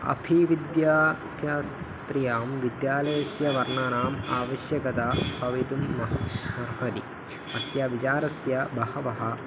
अपि विद्याख्यास्त्रियां विद्यालयस्य वर्णानाम् आवश्यकता भवितुं महत् हरि अस्य विचारस्य बहवः